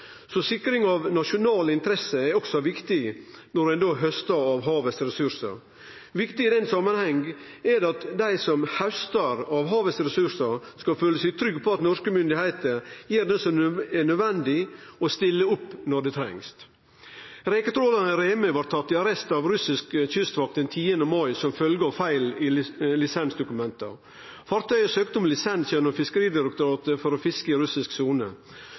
så sikring av nasjonale interesser er også viktig når ein haustar av ressursane i havet. Viktig i den samanhengen er det at dei som haustar av ressursane i havet, skal føle seg trygge på at norske myndigheiter gjer det som er nødvendig, og stiller opp når det trengst. Reketrålaren «Remøy» blei tatt i arrest av russisk kystvakt den 10. mai, som følgje av feil i lisensdokumenta. Fartøyet søkte om lisens gjennom Fiskeridirektoratet for å fiske i russisk sone.